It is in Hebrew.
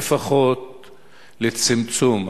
לפחות לצמצום,